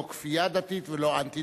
לא כפייה דתית ולא אנטי-דתית,